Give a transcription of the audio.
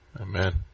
Amen